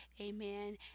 Amen